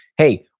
hey,